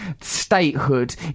statehood